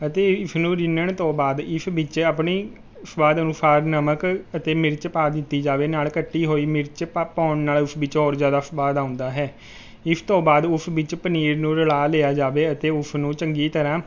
ਅਤੇ ਇਸਨੂੰ ਰਿੰਨਣ ਤੋਂ ਬਾਅਦ ਇਸ ਵਿੱਚ ਆਪਣੀ ਸੁਆਦ ਅਨੁਸਾਰ ਨਮਕ ਅਤੇ ਮਿਰਚ ਪਾ ਦਿੱਤੀ ਜਾਵੇ ਨਾਲ ਕੱਟੀ ਹੋਈ ਮਿਰਚ ਭ ਪਾਉਣ ਨਾਲ ਉਸ ਵਿੱਚ ਹੋਰ ਜ਼ਿਆਦਾ ਸੁਆਦ ਆਉਂਦਾ ਹੈ ਇਸ ਤੋਂ ਬਾਅਦ ਉਸ ਵਿੱਚ ਪਨੀਰ ਨੂੰ ਰਲਾ ਦਿਆ ਜਾਵੇ ਅਤੇ ਉਸਨੂੰ ਚੰਗੀ ਤਰ੍ਹਾਂ